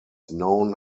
known